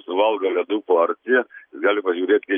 suvalgo ledų porciją gali pažiūrėt į